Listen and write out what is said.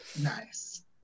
Nice